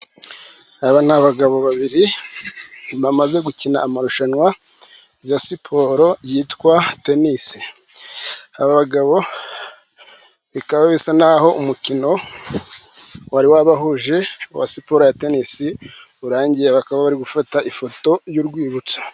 Aba ni abagabo babiri, bamaze gukina amarushanwa ya siporo yitwa tenisi. Aba bagabo bikaba bisa n'aho, umukino wari wabahuje wa siporo ya tenisi urangiye, bakaba bari gufata ifoto y'urwibutso.